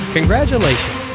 Congratulations